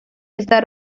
está